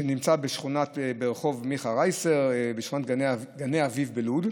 שנמצא ברחוב מיכה רייסר, בשכונת גני אביב בלוד,